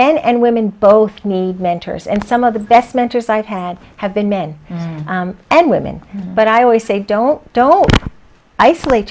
men and women both need mentors and some of the best mentors i have had have been men and women but i always say don't don't isolate